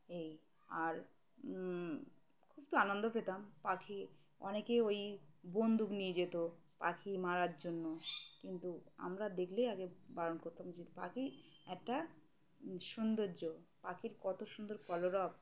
এই আর খুব তো আনন্দ পেতাম পাখি অনেকে ওই বন্দুক নিয়ে যেত পাখি মারার জন্য কিন্তু আমরা দেখলেই আগে বারণ করতাম যে পাখি একটা সৌন্দর্য পাখির কত সুন্দর কলরপ